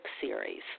series